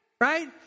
right